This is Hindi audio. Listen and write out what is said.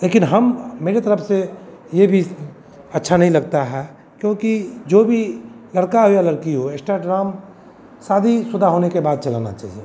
लेकिन हम मेरी तरफ़ से यह भी अच्छा नहीं लगता है क्योंकि जो भी लड़का हो या लड़की हो एस्टाड्राम शादीशुदा होने के बाद चलाना चाहिए